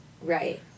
Right